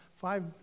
five